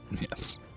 Yes